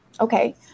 Okay